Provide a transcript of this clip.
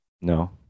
No